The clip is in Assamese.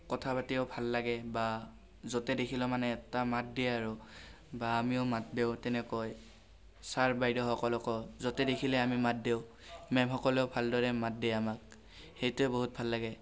কথা পাতিও ভাল লাগে বা য'তে দেখিলেও মানে এটা মাত দিয়ে আৰু বা আমিও মাত দিওঁ তেনেকৈ ছাৰ বাইদেউসকলকো য'তে দেখিলে আমি মাত দিওঁ মে'মসকলেও ভালদৰে মাত দিয়ে আমাক সেইটোৱে বহুত ভাল লাগে